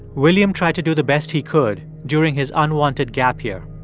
william tried to do the best he could during his unwanted gap year.